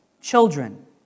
children